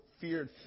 feared